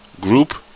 group